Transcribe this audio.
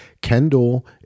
Kendall